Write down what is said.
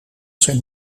zijn